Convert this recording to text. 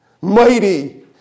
mighty